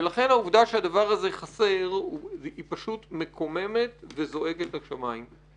ולכן העובדה שהדבר הזה חסר היא פשוט מקוממת וזועקת לשמיים.